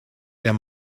der